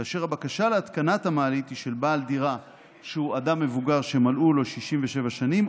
כאשר הבקשה להתקנת המעלית של בעל דירה שהוא אדם מבוגר שמלאו לו 67 שנים,